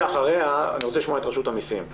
אחריה אני ארצה לשמוע את רשות המיסים.